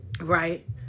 right